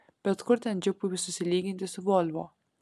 bet kur ten džipui susilyginti su volvo